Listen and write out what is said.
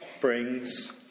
brings